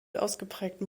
ausgeprägten